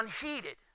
unheeded